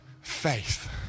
faith